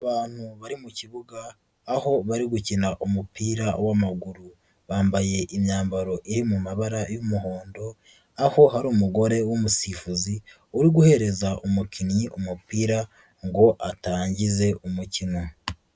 Abantu bari mu kibuga aho bari gukina umupira w'amaguru bambaye imyambaro iri mu mabara y'umuhondo, aho hari umugore w'umusifuzi uri guhereza umukinnyi umupira ngo atangize umukino.